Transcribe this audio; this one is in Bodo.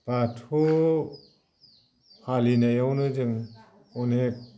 बाथौ फालिनायावनो जों अनेख